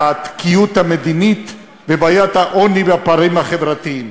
התקיעות המדינית ובעיית העוני והפערים החברתיים.